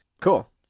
Cool